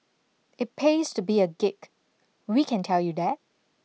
it pays to be a geek we can tell you that